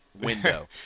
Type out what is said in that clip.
window